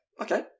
Okay